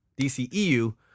DCEU